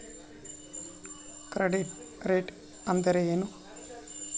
Credit rate ಅಂದರೆ ಏನು?